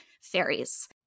fairies